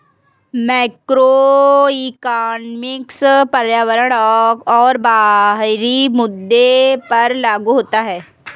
macroeconomics पर्यावरण और बाहरी मुद्दों पर लागू होता है